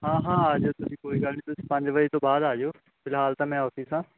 ਹਾਂ ਹਾਂ ਆ ਜਾਇਓ ਤੁਸੀਂ ਕੋਈ ਗੱਲ ਨਹੀਂ ਤੁਸੀਂ ਪੰਜ ਵਜੇ ਤੋਂ ਬਾਅਦ ਆ ਜਾਓ ਫਿਲਹਾਲ ਤਾਂ ਮੈਂ ਆਫਿਸ ਹਾਂ